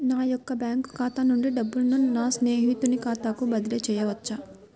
నా యొక్క బ్యాంకు ఖాతా నుండి డబ్బులను నా స్నేహితుని ఖాతాకు బదిలీ చేయవచ్చా?